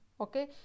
okay